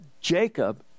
Jacob